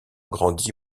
grandit